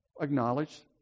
acknowledged